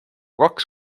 kaks